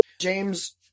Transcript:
James